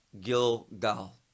Gilgal